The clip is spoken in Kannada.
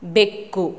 ಬೆಕ್ಕು